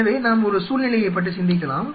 எனவே நாம் ஒரு சூழ்நிலையைப் பற்றி சிந்திக்கலாம்